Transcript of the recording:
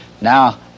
Now